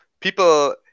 people